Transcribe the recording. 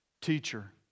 teacher